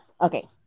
Okay